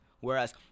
Whereas